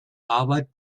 arbeit